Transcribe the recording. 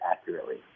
accurately